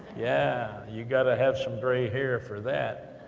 yeah, you've gotta have some gray hair for that.